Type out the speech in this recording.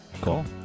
Cool